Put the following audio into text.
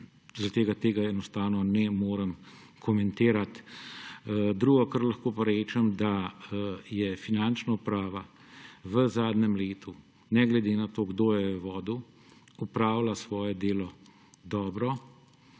zato tega enostavno ne morem komentirati. Drugo, kar lahko rečem, pa je, da je finančna uprava v zadnjem letu ne glede na to, kdo jo je vodil, opravila svoje delo dobro,